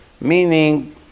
Meaning